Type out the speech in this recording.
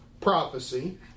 prophecy